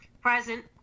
Present